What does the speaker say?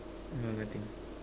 no nothing